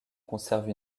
conserve